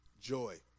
joy